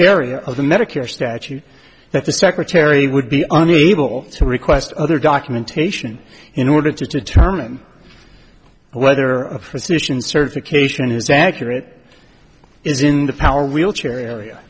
area of the medicare statute that the secretary would be unable to request other documentation in order to determine whether a physician's certification is accurate is in the power wheelchair area